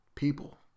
people